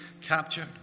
captured